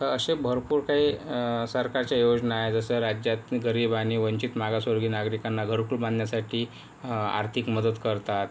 तर असे भरपूर काही सरकारचे योजना आहेत जसं राज्यात गरीब आणि वंचित मागासवर्गीय नागरिकांना घरकुल बांधण्यासाठी आर्थिक मदत करतात